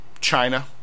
China